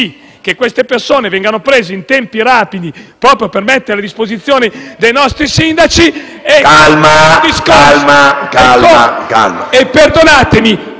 che queste persone vengano prese in tempi rapidi proprio per metterle a disposizione dei nostri sindaci *(Commenti